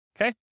okay